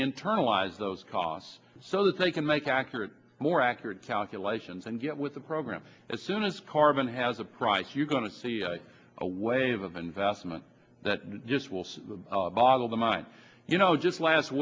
internalize those costs so that they can make accurate more accurate calculations and get with the program as soon as carbon has a price you're going to see a wave of investment that just will see the boggle the mind you know just last